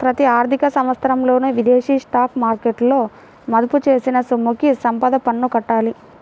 ప్రతి ఆర్థిక సంవత్సరంలో విదేశీ స్టాక్ మార్కెట్లలో మదుపు చేసిన సొమ్ముకి సంపద పన్ను కట్టాలి